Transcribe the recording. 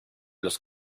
los